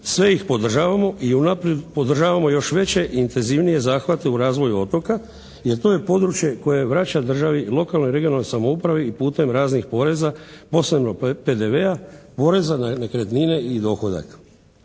sve ih podržavamo i unaprijed podržavamo još veće i intenzivnije zahvate u razvoju otoka jer to je područje koje vraća državi i lokalnoj i regionalnoj samoupravi i putem raznih poreza, posebno PDV-a, poreza na nekretnine i dohodak.